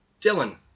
Dylan